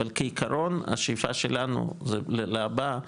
אבל כעקרון השאיפה שלנו זה להבא,